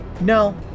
No